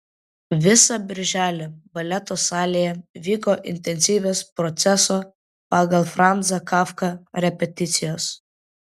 visą birželį baleto salėje vyko intensyvios proceso pagal franzą kafką repeticijos